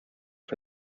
for